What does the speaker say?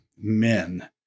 men